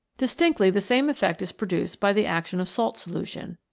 distinctly the same effect is produced by the action of salt solution.